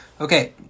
Okay